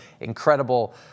incredible